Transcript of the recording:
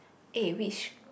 eh which